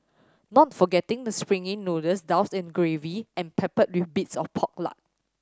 not forgetting the springy noodles doused in gravy and peppered with bits of pork lard